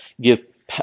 give